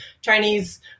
Chinese